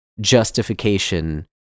justification